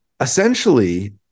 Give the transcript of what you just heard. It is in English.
essentially